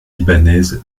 libanaise